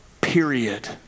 period